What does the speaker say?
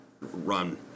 run